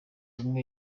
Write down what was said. ubukwe